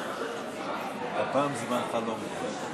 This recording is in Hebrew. הפעם זמנך לא מוגבל.